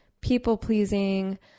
People-pleasing